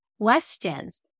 questions